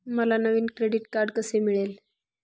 मला नवीन credit card कसे मिळेल?